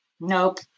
Nope